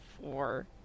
four